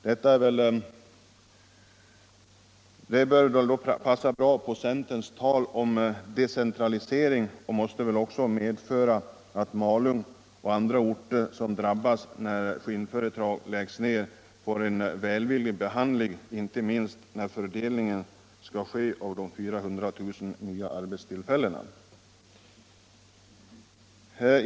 Detta bör väl passa in bra på centerns tal om decentralisering och måste väl också medföra att Malung och andra orter som drabbas när skinnföretag läggs ned får en välvillig behandling, inte minst när fördelningen skall ske av de 400 000 nya arbetstillfällena.